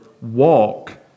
walk